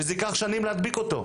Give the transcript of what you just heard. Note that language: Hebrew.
זה ייקח שנים להדביק את הפער.